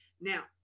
Now